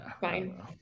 fine